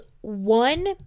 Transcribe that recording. one